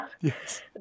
yes